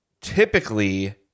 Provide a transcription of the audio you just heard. typically